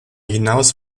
hinaus